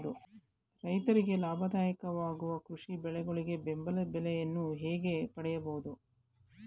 ರೈತರಿಗೆ ಲಾಭದಾಯಕ ವಾಗುವ ಕೃಷಿ ಬೆಳೆಗಳಿಗೆ ಬೆಂಬಲ ಬೆಲೆಯನ್ನು ಹೇಗೆ ಪಡೆಯಬಹುದು?